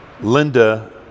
Linda